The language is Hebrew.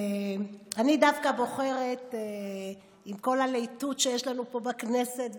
עם כל הלהיטות שיש לנו פה בכנסת,